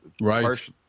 right